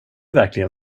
verkligen